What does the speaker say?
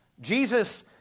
Jesus